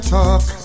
talk